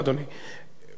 אם המציעים,